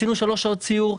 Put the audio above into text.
עשינו שלוש שעות סיור.